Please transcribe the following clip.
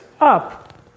up